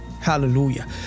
Hallelujah